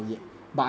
true